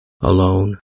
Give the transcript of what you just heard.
alone